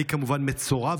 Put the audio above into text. אני כמובן מצורע,